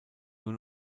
nur